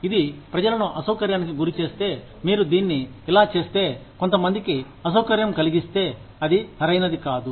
ఇది ప్రజలను అసౌకర్యానికి గురి చేస్తే మీరు దీన్ని ఇలా చేస్తే కొంతమందికి అసౌకర్యం కలిగిస్తే అది సరైనది కాదు